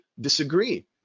disagree